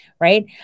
Right